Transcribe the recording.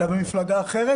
אלא במפלגה אחרת,